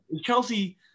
Chelsea